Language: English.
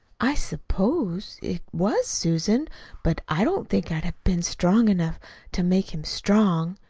i suppose it was, susan but i don't think i'd have been strong enough to make him strong.